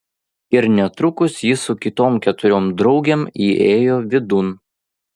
ir netrukus ji su kitom keturiom draugėm įėjo vidun